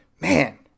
man